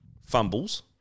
Fumbles